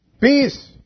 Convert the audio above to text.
Peace